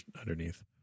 underneath